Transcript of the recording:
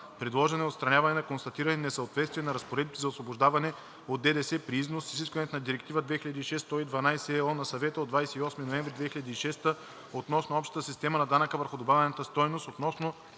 Предложено е отстраняване на констатирани несъответствия на разпоредбите за освобождаване от ДДС при износ с изискванията на Директива 2006/112/ЕО на Съвета от 28 ноември 2006 г. относно общата система на данъка върху добавената стойност